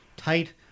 tight